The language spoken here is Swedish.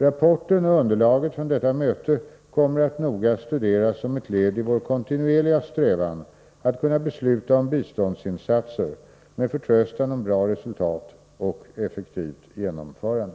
Rapporten och underlaget från detta möte kommer att noga studeras som ett led i vår kontinuerliga strävan att kunna besluta om biståndsinsatser med förtröstan om bra resultat och effektivt genomförande.